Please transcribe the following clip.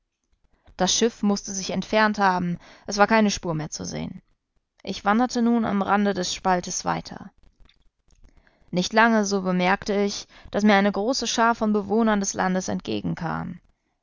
das schiff mußte sich entfernt haben es war keine spur mehr zu sehen ich wanderte nun am rande des spaltes weiter nicht lange so bemerkte ich daß mir eine große schar von bewohnern des landes